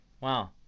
Wow